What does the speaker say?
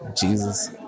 Jesus